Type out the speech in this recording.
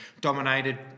dominated